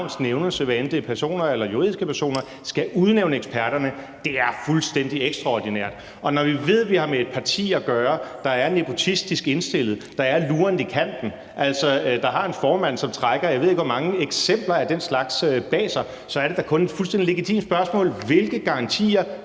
end det er personer eller juridiske personer, er fuldstændig ekstraordinært. Og når vi ved, at vi har at gøre med et parti, der er nepotistisk indstillet, og som er lurvet i kanten, altså som har en formand, der trækker, jeg ved ikke hvor mange eksempler på den slags bag sig, så er det da kun et fuldstændig legitimt spørgsmål: Hvilke garantier